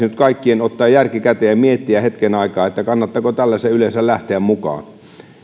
nyt kaikkien ottaa järki käteen ja miettiä hetken aikaa kannattaako tällaiseen yleensä lähteä mukaan